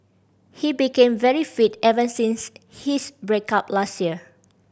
he became very fit ever since his break up last year